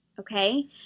Okay